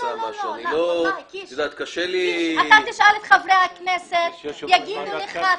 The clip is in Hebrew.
אתה תשאל את חברי הכנסת והם יאמרו לך.